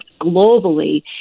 globally